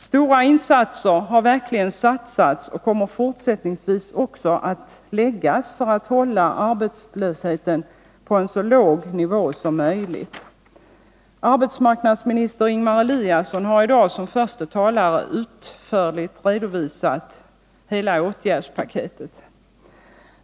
Stora insatser har verkligen gjorts och kommer fortsättningsvis också att göras för att hålla arbetslösheten på en så låg nivå som möjligt. Arbetsmarknadsminister Ingemar Eliasson har i dag som förste talare utförligt redovisat hela åtgärdspaketet.